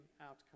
outcome